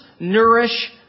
Nourish